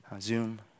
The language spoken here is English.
Zoom